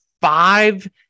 five